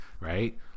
Right